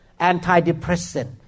antidepressant